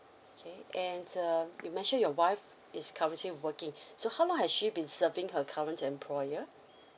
okay and uh you mentioned your wife is currently working so how long has she been serving her current employer